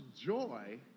joy